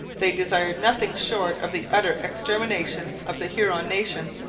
they desired nothing short of the utter extermination of the huron nation,